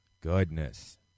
Goodness